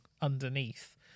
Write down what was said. underneath